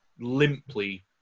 limply